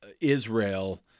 Israel